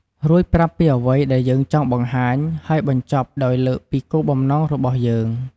រួចប្រាប់ពីអ្វីដែលយើងចង់បង្ហាញ ហើយបញ្ចប់ដោយលើកពីគោលបំណងរបស់យើង។